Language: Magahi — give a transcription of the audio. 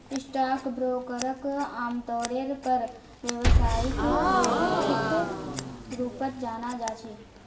स्टाक ब्रोकरक आमतौरेर पर व्यवसायिक व्यक्तिर रूपत जाना जा छे